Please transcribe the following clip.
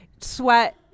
sweat